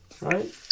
right